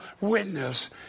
witness